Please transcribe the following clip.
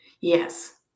Yes